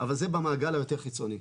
אבל זה במעגל היותר חיצוני.